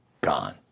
Gone